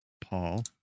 Paul